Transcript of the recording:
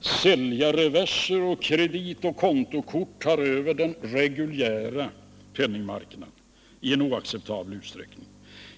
Säljarreverser och krediter med kontokort tar över den reguljära penningmarknaden i en oacceptabel utsträckning.